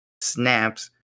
Snaps